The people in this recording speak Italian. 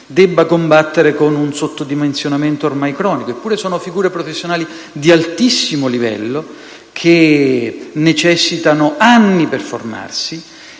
debba combattere con un sottodimensionamento ormai cronico. Eppure sono figure professionali di altissimo livello, che necessitano di anni per formarsi